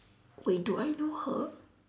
wait do I know her